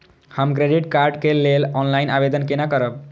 हम credit card के लेल ऑनलाइन आवेदन केना करब?